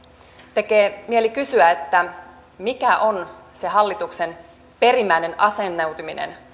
tekee mieli kysyä mikä on se hallituksen perimmäinen asennoituminen